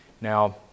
Now